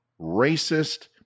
racist